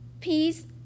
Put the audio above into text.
peace